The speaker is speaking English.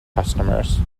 customers